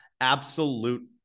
absolute